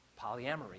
Polyamory